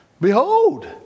Behold